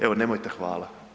Evo, nemojte hvala.